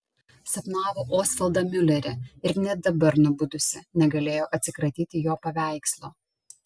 sapnavo osvaldą miulerį ir net dabar nubudusi negalėjo atsikratyti jo paveikslo